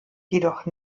jedoch